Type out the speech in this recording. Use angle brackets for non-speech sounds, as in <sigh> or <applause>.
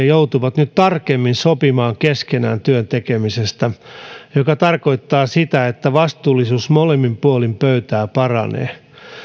<unintelligible> joutuvat nyt tarkemmin sopimaan keskenään työn tekemisestä mikä tarkoittaa sitä että vastuullisuus molemmin puolin pöytää paranee